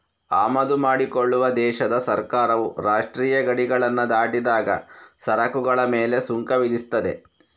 ಆಮದು ಮಾಡಿಕೊಳ್ಳುವ ದೇಶದ ಸರ್ಕಾರವು ರಾಷ್ಟ್ರೀಯ ಗಡಿಗಳನ್ನ ದಾಟಿದಾಗ ಸರಕುಗಳ ಮೇಲೆ ಸುಂಕ ವಿಧಿಸ್ತದೆ